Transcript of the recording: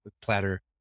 platter